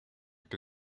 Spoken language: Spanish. que